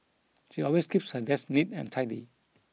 she always keeps her desk neat and tidy